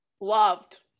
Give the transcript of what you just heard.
loved